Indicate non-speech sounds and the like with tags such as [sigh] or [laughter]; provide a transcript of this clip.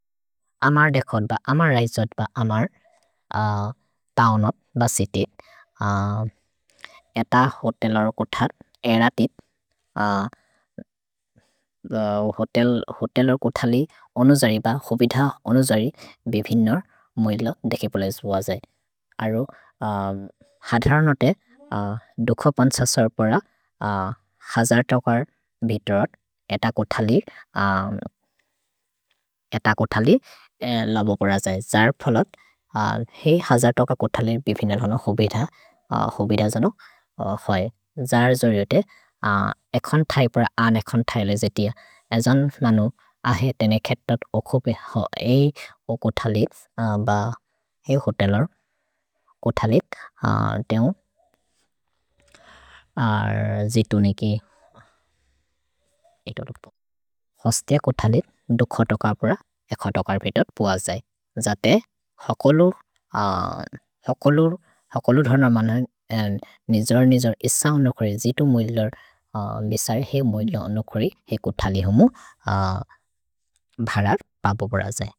अमर् देखोद् ब, अमर् रैजोद् ब, अमर् [hesitation] तओनोद् ब सिति। [hesitation] एत होतेलोर् कोथर् एरतित्, [hesitation] होतेलोर् कोथलि अनुजरि ब होबिध अनुजरि बिभिन्नोर् मोइलोद् देखेबोलेज् बोअजै। अरु [hesitation] हधरनोते दुखो पन्छसोर् पर [hesitation] हजर् तोकर् बितोरत् एत कोथलि [hesitation] लबो बोरजै जर् फोलत् हेइ हजर् तोकर् कोथलि बिभिन्नोर् होनो होबिध होबिध जनो होइ। जर् जोर् योते एखोन् थै पर अन् एखोन् थै ले जेति अजन् मनु अहे तेने खेतत् ओकुपे होइ ओ कोथलित् ब हेइ होतेलोर् कोथलित् तओन्। अर् जितु नेके होस्तिअक् कोथलित् दुखो तोकर् पर एखोन् तोकर् बितोर् बोअजै जते [hesitation] हकोलुर् धर्न मनन् निजोर् निजोर् इस अनुजरि जितु मोइलोर् मिसरि हेइ मोइलोर् अनुजरि हेइ कोथलि होमो [hesitation] भरर् बबो बोरजै।